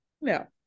no